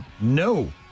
No